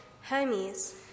Hermes